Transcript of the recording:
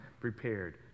prepared